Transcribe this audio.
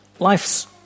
Life's